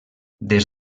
des